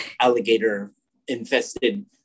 alligator-infested